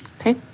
Okay